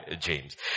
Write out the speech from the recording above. James